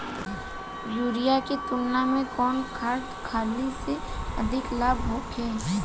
Urea के तुलना में कौन खाध खल्ली से अधिक लाभ होखे?